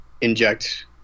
inject